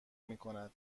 میکند